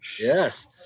Yes